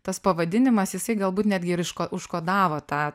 tas pavadinimas jisai galbūt netgi ir užkodavo tą